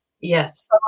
Yes